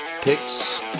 picks